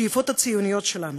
השאיפות הציוניות שלנו,